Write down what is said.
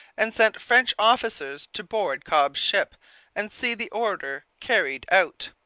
and sent french officers to board cobb's ship and see the order carried out.